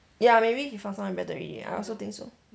ya maybe he found someone better already I also think so